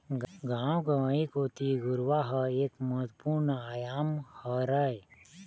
गाँव गंवई कोती घुरूवा ह एक महत्वपूर्न आयाम हरय